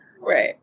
Right